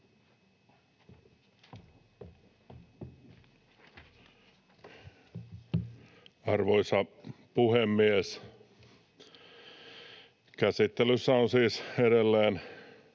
Arvoisa puhemies! Käsittelyssä on siis hallituksen